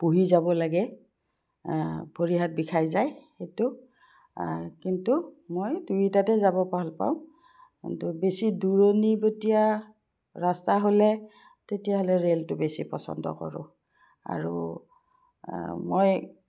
বহি যাব লাগে ভৰি হাত বিষাই যায় সেইটো কিন্তু মই দুইটাতে যাব ভালপাওঁ কিন্তু বেছি দূৰণিবটীয়া ৰাস্তা হ'লে তেতিয়াহ'লে ৰে'লটো বেছি পচন্দ কৰোঁ আৰু মই